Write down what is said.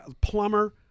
plumber